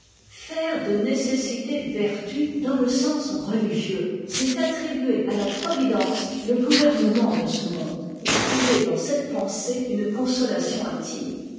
faire de nécessité vertu dans le sens religieux c'est attribuer à la providence le gouvernement de ce monde et trouver dans cette pensée une consolation intime